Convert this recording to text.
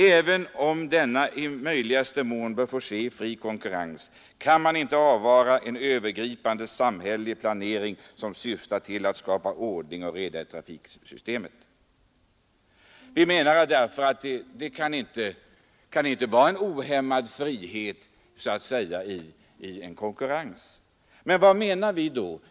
Även om denna i möjligaste mån bör få ske i fri konkurrens kan man inte avvara en övergripande samhällelig planering som syftar till att skapa ordning och reda i trafiksystemet.” Därför anser vi att det inte kan råda ohämmad frihet i konkurrensen. Vad menar vi då?